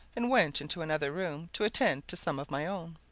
and went into another room to attend to some of my own,